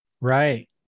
Right